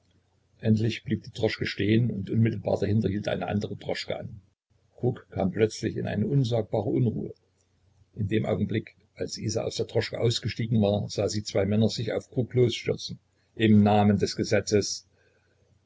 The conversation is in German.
endlich blieb die droschke stehen und unmittelbar dahinter hielt eine andere droschke an kruk kam plötzlich in eine unsagbare unruhe in dem augenblick als isa aus der droschke ausgestiegen war sah sie zwei männer sich auf kruk losstürzen im namen des gesetzes